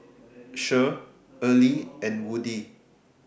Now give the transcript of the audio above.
Cher Earley and Woodie